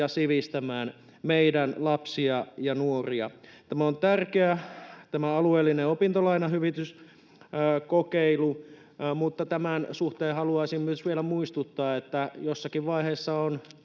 ja sivistämään meidän lapsia ja nuoria. Tämä alueellinen opintolainahyvityskokeilu on tärkeä, mutta tämän suhteen haluaisin myös vielä muistuttaa, että jossakin vaiheessa —